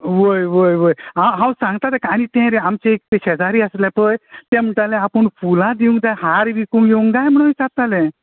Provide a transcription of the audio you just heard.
व्हय व्हय व्हय आं हांव सांगता ताका आनी ते रे आमचे एक शेजारी आसले पळय ते म्हणटाले आपूण फुलांच घेवन हार विकूंक येवं काय म्हूण विचात्ताले